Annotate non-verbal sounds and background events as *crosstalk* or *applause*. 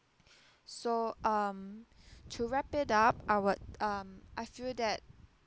*breath* so um *breath* to wrap it up our um I feel that